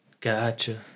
Gotcha